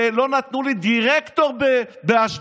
לא נתנו לי למנות לדירקטור באשדוד,